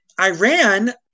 Iran